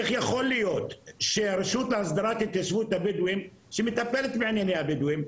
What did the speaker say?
איך יכול להיות שברשות להסדרת התיישבות הבדואים שמטפלת בענייני הבדואים,